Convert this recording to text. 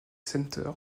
center